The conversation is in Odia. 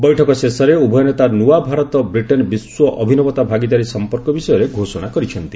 ବୈଠକ ଶେଷରେ ଉଭୟ ନେତା ନୂଆ ଭାରତ ବ୍ରିଟେନ ବିଶ୍ୱ ଅଭିନବତା ଭାଗିଦାରୀ ସମ୍ପର୍କ ବିଷୟରେ ଘୋଷଣା କରିଛନ୍ତି